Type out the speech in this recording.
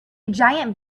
giant